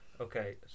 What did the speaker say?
Okay